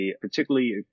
particularly